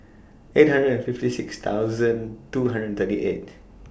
eight hundred and fifty six thousand two hundred and thirty eight